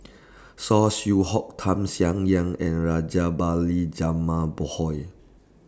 Saw Swee Hock Tham Sien Yen and Rajabali Jumabhoy